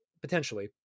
potentially